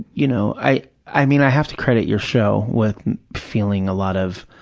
you know, i i mean, i have to credit your show with feeling a lot of,